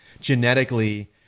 genetically